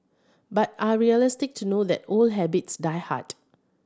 but are realistic to know that old habits die hard